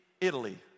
Italy